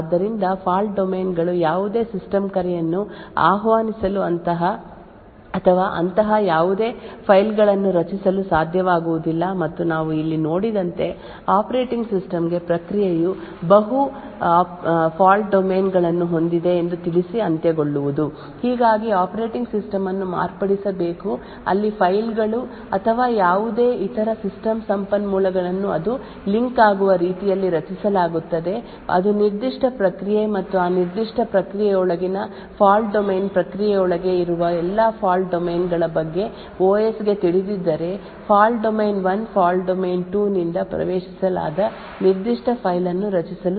ಆದ್ದರಿಂದ ನಾವು ಮೊದಲು ನೋಡಿದ ಒಂದು ಕ್ಷುಲ್ಲಕ ಮಾರ್ಗವೆಂದರೆ ಅಂತಹ ಯಾವುದೇ ಸಿಸ್ಟಮ್ ಕರೆಗಳು ಅಥವಾ ಅಡಚಣೆಗಳನ್ನು ತಡೆಗಟ್ಟುವುದು ಮತ್ತು ಆದ್ದರಿಂದ ಫಾಲ್ಟ್ ಡೊಮೇನ್ಗಳು ಯಾವುದೇ ಸಿಸ್ಟಮ್ ಕರೆಯನ್ನು ಆಹ್ವಾನಿಸಲು ಅಥವಾ ಅಂತಹ ಯಾವುದೇ ಫೈಲ್ಗಳನ್ನು ರಚಿಸಲು ಸಾಧ್ಯವಾಗುವುದಿಲ್ಲ ಮತ್ತು ನಾವು ಇಲ್ಲಿ ನೋಡಿದಂತೆ ಆಪರೇಟಿಂಗ್ ಸಿಸ್ಟಮ್ಗೆ ಪ್ರಕ್ರಿಯೆಯು ಬಹು ಫಾಲ್ಟ್ ಡೊಮೇನ್ಗಳನ್ನು ಹೊಂದಿದೆ ಎಂದು ತಿಳಿಸಿ ಅಂತ್ಯಗೊಳ್ಳುವುದು ಹೀಗಾಗಿ ಆಪರೇಟಿಂಗ್ ಸಿಸ್ಟಂ ಅನ್ನು ಮಾರ್ಪಡಿಸಬೇಕು ಅಲ್ಲಿ ಫೈಲ್ಗಳು ಅಥವಾ ಯಾವುದೇ ಇತರ ಸಿಸ್ಟಮ್ ಸಂಪನ್ಮೂಲಗಳನ್ನು ಅದು ಲಿಂಕ್ ಆಗುವ ರೀತಿಯಲ್ಲಿ ರಚಿಸಲಾಗುತ್ತದೆ ಅದು ನಿರ್ದಿಷ್ಟ ಪ್ರಕ್ರಿಯೆ ಮತ್ತು ಆ ನಿರ್ದಿಷ್ಟ ಪ್ರಕ್ರಿಯೆಯೊಳಗಿನ ಫಾಲ್ಟ್ ಡೊಮೇನ್ ಪ್ರಕ್ರಿಯೆಯೊಳಗೆ ಇರುವ ಎಲ್ಲಾ ಫಾಲ್ಟ್ ಡೊಮೇನ್ಗಳ ಬಗ್ಗೆ OS ಗೆ ತಿಳಿದಿದ್ದರೆ ಫಾಲ್ಟ್ ಡೊಮೇನ್ 1 ಫಾಲ್ಟ್ ಡೊಮೇನ್ 2 ನಿಂದ ಪ್ರವೇಶಿಸಲಾಗದ ನಿರ್ದಿಷ್ಟ ಫೈಲ್ ಅನ್ನು ರಚಿಸಲು ಸಾಧ್ಯವಾಗುತ್ತದೆ